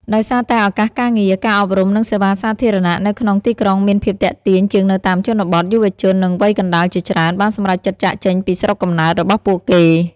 ដោយសារតែឱកាសការងារ ការអប់រំ និងសេវាសាធារណៈនៅក្នុងទីក្រុងមានភាពទាក់ទាញជាងនៅតាមជនបទ យុវជននិងវ័យកណ្ដាលជាច្រើន បានសម្រេចចិត្តចាកចេញពីស្រុកកំណើតរបស់ពួកគេ។